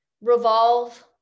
revolve